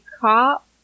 cop